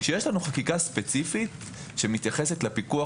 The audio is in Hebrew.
ויש לנו חקיקה ספציפית שמתייחסת לפיקוח